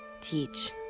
Teach